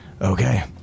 okay